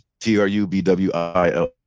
t-r-u-b-w-i-l